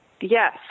Yes